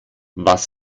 was